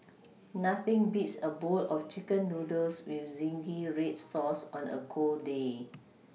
nothing beats a bowl of chicken noodles with zingy red sauce on a cold day